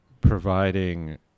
providing